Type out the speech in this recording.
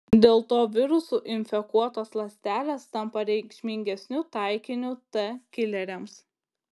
dėl to virusų infekuotos ląstelės tampa reikšmingesniu taikiniu t kileriams